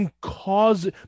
cause